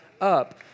up